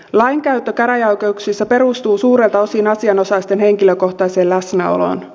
lainkäyttö käräjäoikeuksissa perustuu suurelta osin asianosaisten henkilökohtaiseen läsnäoloon